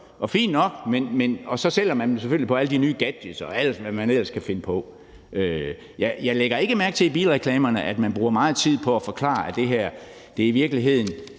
er fint nok, og så sælger man dem selvfølgelig på alle de nye gadgets, og hvad man ellers kan finde på. Jeg lægger ikke mærke til i bilreklamerne, at man bruger meget tid på at forklare, at det her i virkeligheden